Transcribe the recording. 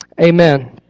Amen